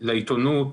לעיתונות,